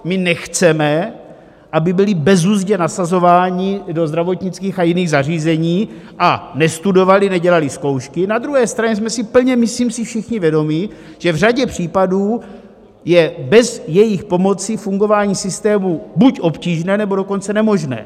My nechceme, aby byli bezuzdně nasazováni do zdravotnických a jiných zařízení a nestudovali, nedělali zkoušky, na druhé straně jsme si plně, myslím si, všichni vědomi, že v řadě případů je bez jejich pomoci fungování systému buď obtížné, nebo dokonce nemožné.